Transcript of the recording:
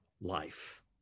life